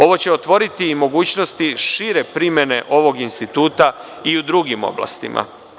Ovo će otvoriti mogućnost šire primene ovog instituta i u drugim oblastima.